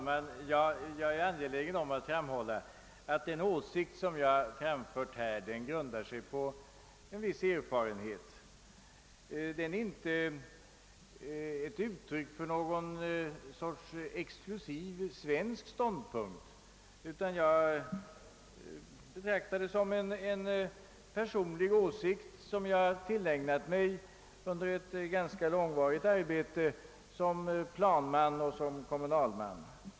Herr talman! Jag är angelägen om att framhålla att den åsikt som jag här framfört grundar sig på en viss erfarenhet. Den är inte bara uttryck för någon sorts exklusiv svensk ståndpunkt, utan det är en personlig åsikt som jag tillägnat mig under ett ganska långvarigt arbete som planman och kommunalman.